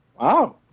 Wow